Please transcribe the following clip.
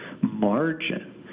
margin